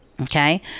okay